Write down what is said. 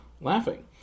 laughing